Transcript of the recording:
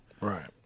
Right